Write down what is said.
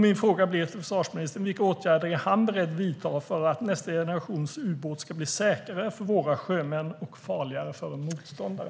Min fråga till försvarsministern blir: Vilka åtgärder är han beredd att vidta för att nästa generations ubåt ska bli säkrare för våra sjömän och farligare för en motståndare?